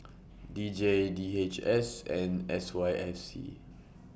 D J D H S and S Y F C